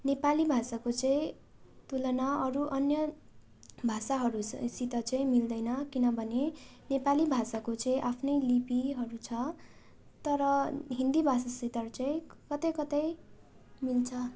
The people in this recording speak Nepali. नेपाली भाषाको चाहिँ तुलना अरू अन्य भाषाहरूसित चाहिँ मिल्दैन किनभने नेपाली भाषाको चाहिँ आफ्नै लिपिहरू छ तर हिन्दी भाषासित चाहिँ कतै कतै मिल्छ